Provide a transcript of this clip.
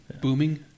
booming